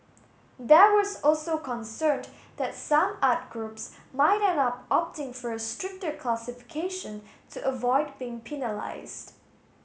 there was also concerned that some art groups might end up opting for a stricter classification to avoid being penalised